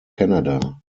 canada